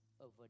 over